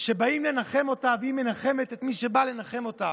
שבאים לנחם אותה, והיא מנחמת את מי שבא לנחם אותה,